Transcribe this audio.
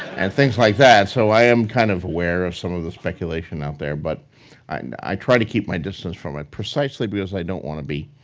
and things like that. so, i am kind of aware of some of the speculation out there, but i and i try to keep my distance from it precisely because i don't wanna be